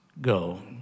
go